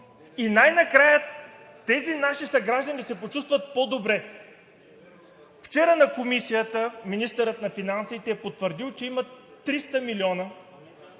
и най-накрая тези наши съграждани да се почувстват по-добре. Вчера на Комисията министърът на финансите е потвърдил, че имат 300 милиона